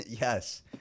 yes